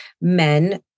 men